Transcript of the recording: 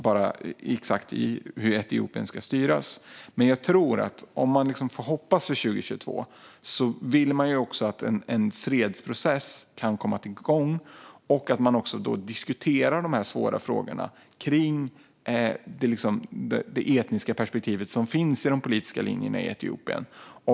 Om man får hoppas något inför 2022 är det att en fredsprocess kan komma igång och att man då diskuterar de svåra frågorna om det etniska perspektivet som finns i de politiska linjerna i Etiopien.